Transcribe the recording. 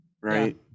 right